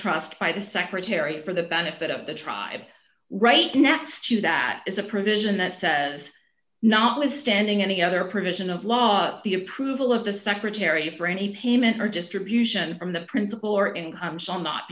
trust by the secretary for the benefit of the tribe right next to that is a provision that says notwithstanding any other provision of law but the approval of the secretary for any payment or distribution from the principle or income some not